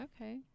Okay